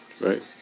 right